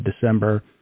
December